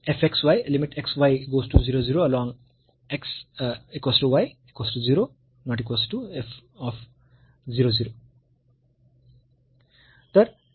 तर हे 0 ला असलेले फंक्शनचे मूल्य बरोबर नाही